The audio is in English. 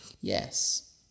Yes